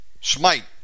smite